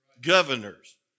governors